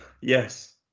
Yes